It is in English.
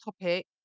topic